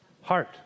Heart